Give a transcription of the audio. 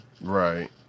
Right